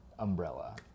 umbrella